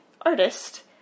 artist